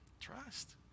trust